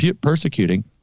persecuting